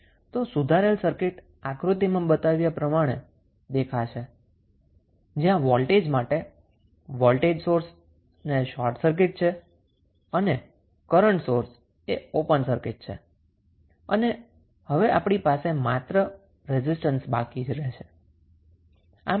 આમ updated circuit આકૃતિમાં બતાવ્યા પ્રમાણે દેખાશે જ્યાં વોલ્ટેજ માટે વોલ્ટેજ સોર્સએ શોર્ટ સર્કિટ છે અને કરન્ટ સોર્સએ ઓપન સર્કિટ છે અને હવે આપણી પાસે માત્ર રેઝિસ્ટન્સ બાકી રહેશે